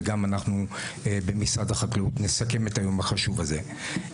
וגם אנחנו במשרד החקלאות נסכם את היום החשוב הזה.